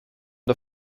der